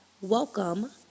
Welcome